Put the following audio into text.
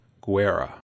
Guerra